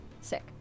sick